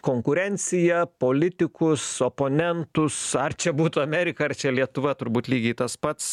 konkurenciją politikus oponentus ar čia būtų amerika ar čia lietuva turbūt lygiai tas pats